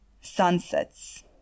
Sunsets